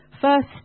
first